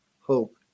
hope